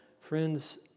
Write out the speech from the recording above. Friends